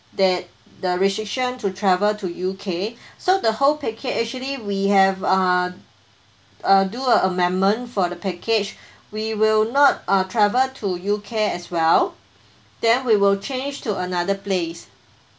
that the restriction to travel to U_K so the whole package actually we have uh uh do a amendment for the package we will not uh travel to U_K as well then we will change to another place